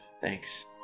Thanks